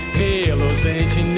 reluzente